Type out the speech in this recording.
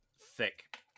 Thick